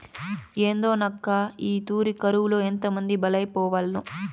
ఏందోనక్కా, ఈ తూరి కరువులో ఎంతమంది బలైపోవాల్నో